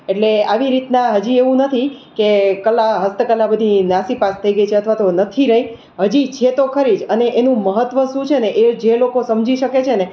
એટલે આવી રીતના હજી એવું નથી કે કલા હસ્તકલા બધી નાસીપાસ થઈ છે અથવા તો નથી રહી હજી છે તો ખરી જ અને એનું મહત્ત્વ શું છેને એ જે લોકો સમજી શકે છેને